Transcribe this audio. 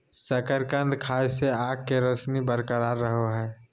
शकरकंद खाय से आंख के रोशनी बरकरार रहो हइ